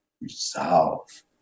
resolve